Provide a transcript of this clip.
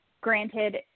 granted